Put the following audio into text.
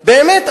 באמת,